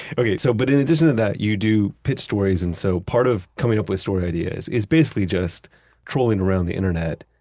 okay. so, but in addition to that, you do pitch stories and so part of coming up with story ideas is basically just trolling around the internet,